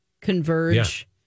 converge